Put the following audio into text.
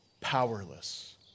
powerless